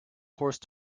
horse